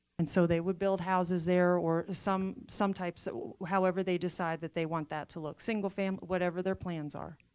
and so they would build houses there or some some types so however they decide that they want that to look, single fam whatever their plans are.